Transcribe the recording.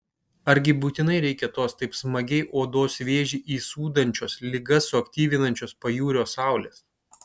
argi būtinai reikia tos taip smagiai odos vėžį įsūdančios ligas suaktyvinančios pajūrio saulės